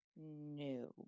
No